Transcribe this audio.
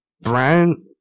Brown